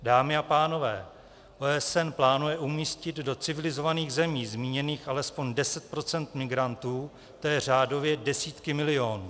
Dámy a pánové, OSN plánuje umístit do civilizovaných zemí zmíněných alespoň 10 % migrantů, to je řádově desítky milionů.